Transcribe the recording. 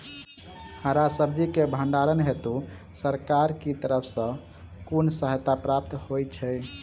हरा सब्जी केँ भण्डारण हेतु सरकार की तरफ सँ कुन सहायता प्राप्त होइ छै?